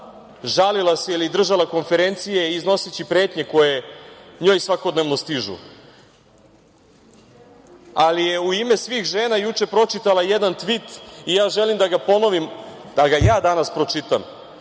žalila se ili držala konferencije iznoseći pretnje koje njoj svakodnevno stižu, ali je u ime svih žena juče pročitala jedan tvit i ja želim da ga ponovim, da ga ja danas pročitam,